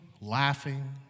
Laughing